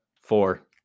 Four